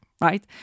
right